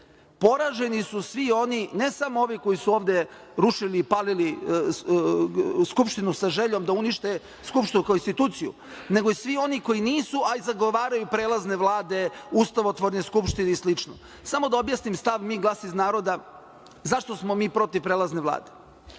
poraženi su svi oni, ne samo ovi koji su ovde rušili i palili Skupštinu sa željom da unište Skupštinu kao instituciju, nego i svi oni koji nisu ali zagovaraju prelazne vlade, ustavotvorne skupštine i slično. Samo da objasnim stav Mi – glas iz naroda zašto smo mi protiv prelazne vlade.